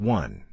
One